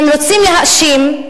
אם רוצים להאשים,